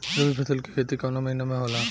रवि फसल के खेती कवना महीना में होला?